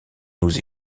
nous